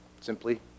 Simply